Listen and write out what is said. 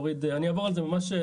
אני אעבור על זה בקצרה.